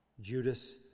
Judas